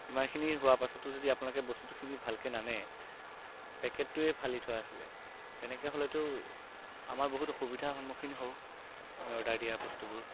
ইমানখিনি হোৱা পিছতো যদি আপোনালোকে বস্তুখিনি ভালদৰে নানে পেকেটটোৱে ফালি থোৱা আছিলে তেনেকে হ'লেতো আমাৰ বহুত অসুবিধাৰ সন্মুখীন হওঁ আমি অৰ্ডাৰ দিয়া বস্তুবোৰ